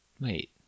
Wait